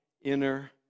inner